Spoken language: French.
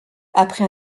après